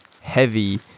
heavy